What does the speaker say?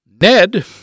Ned